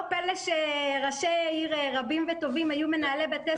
לא פלא שראשי עיר רבים וטובים היו מנהלי בתי ספר בעבר.